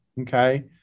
okay